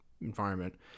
environment